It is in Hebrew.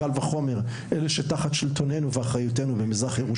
קל וחומר אלה שתחת שלטוננו ואחריותנו,